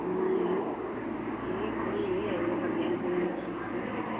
नहीं ठीक है ले आइए बढ़िया बढ़िया सामान